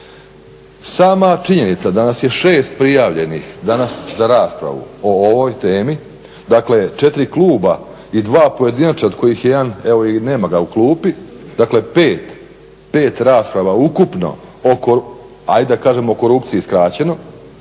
Sama činjenica da nas je 6 prijavljenih danas za raspravu o ovoj temi, dakle 4 kluba i 2 pojedinačna od kojih je jedan evo i nema ga u klupi, dakle 5 rasprava ukupno ajde da kažem o korupciji skraćeno